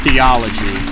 Theology